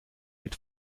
mit